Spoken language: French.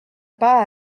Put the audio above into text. pas